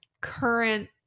current